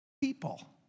people